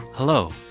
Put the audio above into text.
Hello